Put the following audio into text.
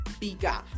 bigger